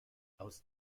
aus